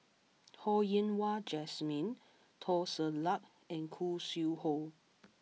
Ho Yen Wah Jesmine Teo Ser Luck and Khoo Sui Hoe